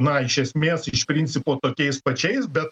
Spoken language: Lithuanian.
na iš esmės iš principo tokiais pačiais bet